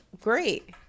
great